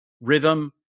rhythm